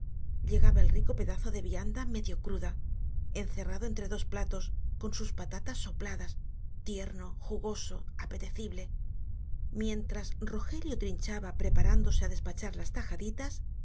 llegaba el rico pedazo de vianda medio cruda encerrado entre dos platos con sus patatas sopladas tierno jugoso apetecible mientras rogelio trinchaba preparándose á despachar las tajaditas